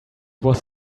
was